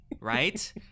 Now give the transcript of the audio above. right